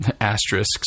asterisks